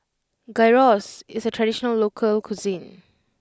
Gyros is a traditional local cuisine